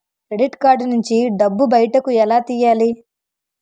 Credit card నుంచి డబ్బు బయటకు ఎలా తెయ్యలి?